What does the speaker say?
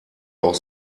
auch